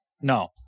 No